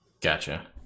Gotcha